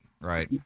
right